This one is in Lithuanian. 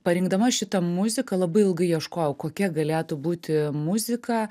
parinkdama šitą muziką labai ilgai ieškojau kokia galėtų būti muzika